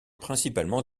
principalement